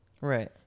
right